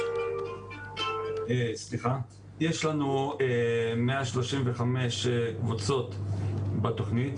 יש לנו 135 קבוצות בתוכנית.